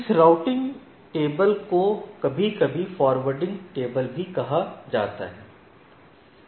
इस routing table को कभी कभी फ़ॉरवर्डिंग टेबल भी कहा जाता है